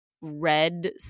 Red